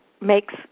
makes